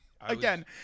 Again